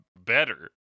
better